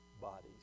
bodies